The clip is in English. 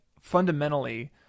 fundamentally